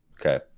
Okay